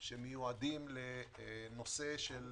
שמיועדים לנושא של